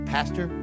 Pastor